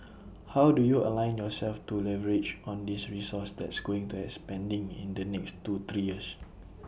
how do you align yourselves to leverage on this resource that's going to expanding in the next two three years